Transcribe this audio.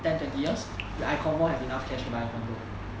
ten twenty years I confirm have enough cash to buy a condo